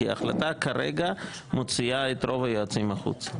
כי ההחלטה כרגע מוציאה את רוב היועצים החוצה,